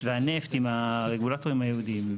והנפט עם הרגולטורים הייעודיים.